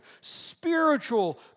spiritual